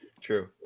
True